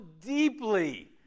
deeply